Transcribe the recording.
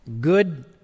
Good